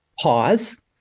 pause